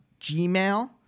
Gmail